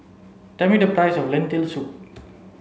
tell me the price of Lentil soup